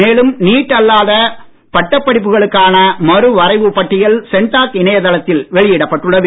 மேலும் நீட் அல்லாத பட்டப் படிப்புகளுக்கான மறுவரைவுப் பட்டியல் சென்டாக் இணையதளத்தில் வெளியிடப் பட்டுள்ளது